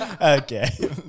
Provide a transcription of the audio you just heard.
okay